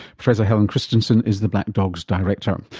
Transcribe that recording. professor helen christiansen is the black dog's director. um